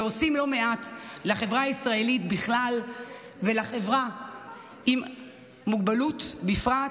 ועושים לא מעט לחברה הישראלית בכלל ולחברה עם מוגבלות בפרט,